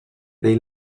they